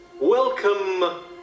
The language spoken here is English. Welcome